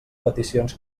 peticions